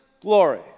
glory